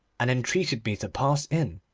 and entreated me to pass in.